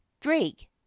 drake